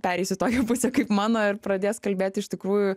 pereis į tokią pusę kaip mano ir pradės kalbėti iš tikrųjų